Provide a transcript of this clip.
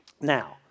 now